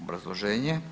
Obrazloženje.